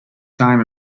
time